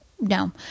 No